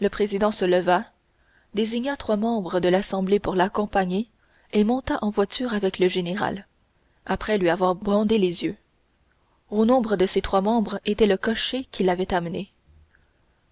le président se leva désigna trois membres de l'assemblée pour l'accompagner et monta en voiture avec le général après lui avoir bandé les yeux au nombre de ces trois membres était le cocher qui l'avait amené